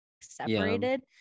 separated